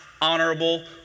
honorable